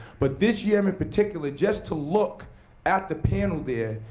but this year in particular, just to look at the panel there,